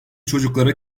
çocuklara